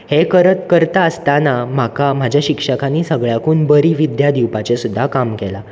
हे करत करता आसताना म्हाका म्हाज्या शिक्षकांनी सगळ्यांकून बरी विद्या दिवपाचें सुद्दां काम केलां